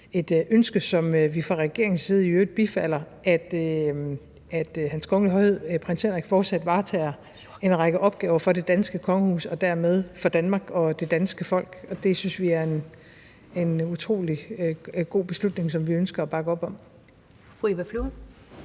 et ønske, som vi fra regeringens side i øvrigt bifalder, nemlig at Hans Kongelige Højhed Prins Joachim fortsat varetager en række opgaver for det danske kongehus og dermed for Danmark og det danske folk, og det synes vi er en utrolig god beslutning, som vi ønsker at bakke op om. Kl.